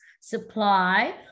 supply